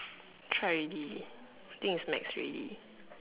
try already I think it's max already